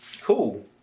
cool